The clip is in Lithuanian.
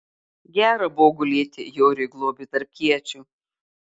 gera buvo gulėti joriui globiui tarp kiečių